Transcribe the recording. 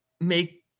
make